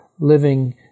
living